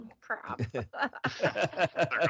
Crap